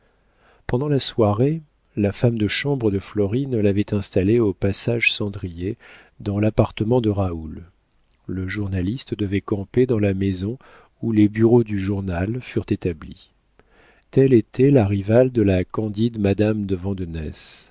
pendant la soirée la femme de chambre de florine l'avait installée au passage sandrié dans l'appartement de raoul le journaliste devait camper dans la maison où les bureaux du journal furent établis telle était la rivale de la candide madame de vandenesse la